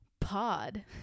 pod